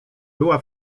była